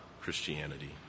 Christianity